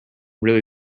really